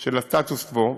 של הסטטוס-קוו,